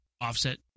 offset